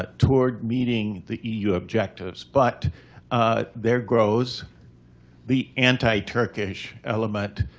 ah toward meeting the eu objectives. but there grows the anti-turkish element.